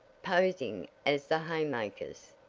posing as the haymakers.